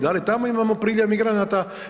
Da li tamo imamo priljev migranata?